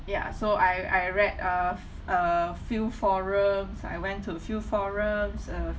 ya so I I read uh uh few forums I went to few forums uh